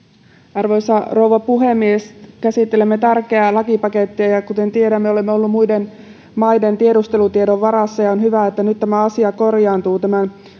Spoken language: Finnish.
arvoisa rouva puhemies käsittelemme tärkeää lakipakettia kuten tiedämme olemme olleet muiden maiden tiedustelutiedon varassa ja on hyvä että nyt asia korjaantuu tämän